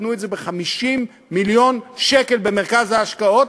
נתנו את זה ב-50 מיליון שקל במרכז ההשקעות,